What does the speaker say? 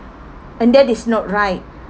and that is not right